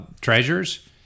treasures